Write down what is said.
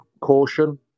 caution